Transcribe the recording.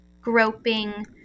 groping